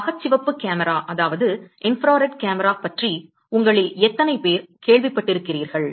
அகச்சிவப்பு கேமரா பற்றி உங்களில் எத்தனை பேர் கேள்விப்பட்டிருக்கிறீர்கள்